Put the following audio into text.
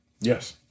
Yes